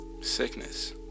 sickness